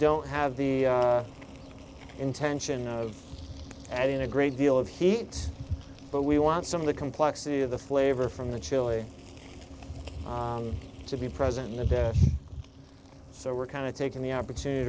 don't have the intention of adding a great deal of heat but we want some of the complexity of the flavor from the chili to be present in the bath so we're kind of taking the opportunity